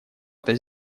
это